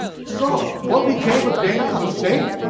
so, what became of daniel's estate?